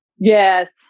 Yes